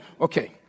Okay